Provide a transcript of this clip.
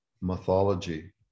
mythology